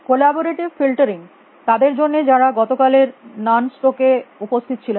collaborative filtering তাদের জন্য যারা গতকাল এর নান স্টক এ উপস্থিত ছিলে না